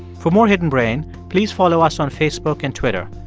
for more hidden brain, please follow us on facebook and twitter.